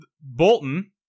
Bolton